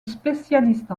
spécialiste